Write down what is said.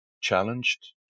challenged